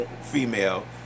female